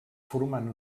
formant